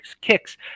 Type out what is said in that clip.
kicks